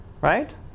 right